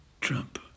Trump